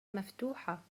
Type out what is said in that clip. مفتوحة